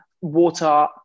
water